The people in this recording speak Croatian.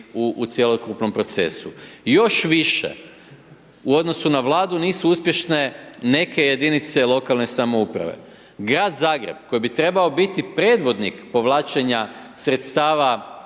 u cjelokupnom procesu. Još više u odnosu na Vladu nisu uspješne neke jedinice lokalne samouprave. Grad Zagreb koji bi trebao biti predvodnik povlačenja sredstava